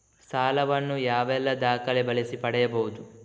ಸಾಲ ವನ್ನು ಯಾವೆಲ್ಲ ದಾಖಲೆ ಬಳಸಿ ಪಡೆಯಬಹುದು?